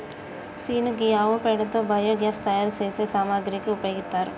scene గీ ఆవు పేడతో బయోగ్యాస్ తయారు సేసే సామాగ్రికి ఉపయోగిత్తారు